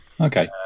Okay